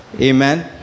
Amen